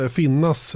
finnas